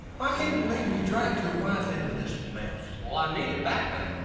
ah can t believe you dragged your wife into this mess! well i needed back up!